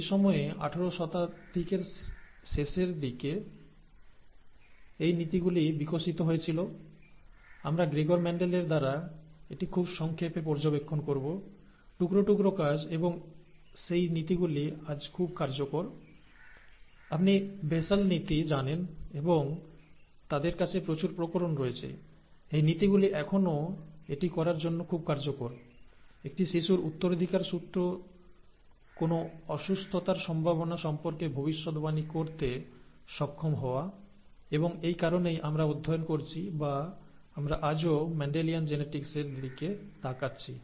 এই সময়ে আঠারো শতাধিকের শেষের দিকে এই নীতিগুলি বিকশিত হয়েছিল আমরা গ্রেগর মেন্ডেলের দ্বারা এটি খুব সংক্ষেপে পর্যবেক্ষণ করব টুকরো টুকরো কাজ এবং সেই নীতিগুলি আজ খুব কার্যকর আপনি বেসাল নীতি জানেন এবং তাদের কাছে প্রচুর প্রকরণ রয়েছে এই নীতিগুলি এখনও এটি করার জন্য খুব কার্যকর একটি শিশুর উত্তরাধিকার সূত্রে কোনও অসুস্থতার সম্ভাবনা সম্পর্কে ভবিষ্যদ্বাণী করতে সক্ষম হওয়া এবং এই কারণেই আমরা অধ্যয়ন করছি বা আমরা আজও মেন্ডেলিয়ান জেনেটিক্সের দিকে তাকাচ্ছি